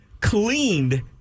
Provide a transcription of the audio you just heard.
cleaned